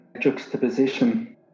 juxtaposition